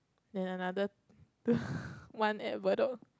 then another one at Bedok